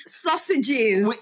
sausages